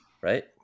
Right